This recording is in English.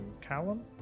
Callum